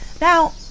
now